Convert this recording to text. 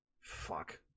Fuck